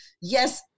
yes